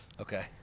Okay